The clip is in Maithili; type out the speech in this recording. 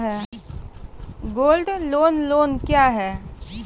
गोल्ड लोन लोन क्या हैं?